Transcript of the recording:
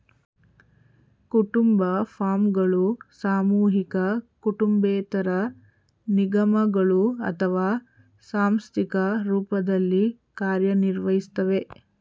ಕುಟುಂಬ ಫಾರ್ಮ್ಗಳು ಸಾಮೂಹಿಕ ಕುಟುಂಬೇತರ ನಿಗಮಗಳು ಅಥವಾ ಸಾಂಸ್ಥಿಕ ರೂಪದಲ್ಲಿ ಕಾರ್ಯನಿರ್ವಹಿಸ್ತವೆ